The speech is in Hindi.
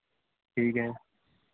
ठीक है